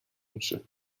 میشه